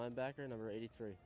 linebacker number eight very